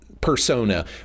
persona